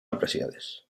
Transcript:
apreciades